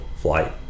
flight